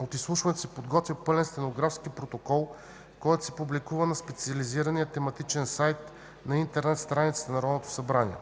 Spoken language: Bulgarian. От изслушването се изготвя пълен стенографски протокол, който се публикува на специализирания тематичен сайт на интернет страницата на Народното събрание.